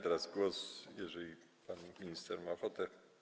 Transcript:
Teraz, jeżeli pan minister ma ochotę.